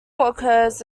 occurs